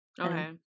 Okay